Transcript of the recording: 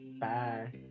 Bye